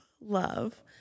love